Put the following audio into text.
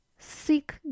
Seek